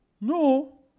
no